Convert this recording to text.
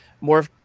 more